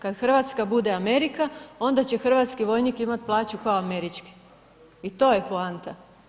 Kad Hrvatska bude Amerika, onda će hrvatski vojnik imat plaću ko američki i to je poanta.